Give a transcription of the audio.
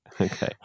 Okay